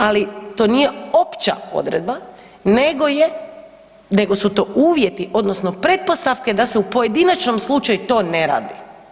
Ali to nije opća odredba nego su to uvjeti odnosno pretpostavke da se u pojedinačnom slučaju to ne radi.